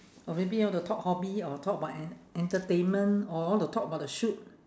or maybe you want to talk hobby or talk about en~ entertainment or want to talk about the shoot